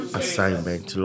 assignment